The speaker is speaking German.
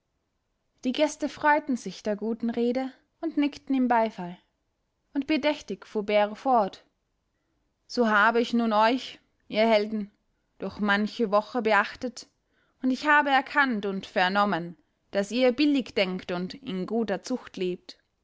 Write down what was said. die gäste freuten sich der guten rede und nickten ihm beifall und bedächtig fuhr bero fort so habe ich nun euch ihr helden durch manche woche beachtet und ich habe erkannt und vernommen daß ihr billig denkt und in guter zucht lebt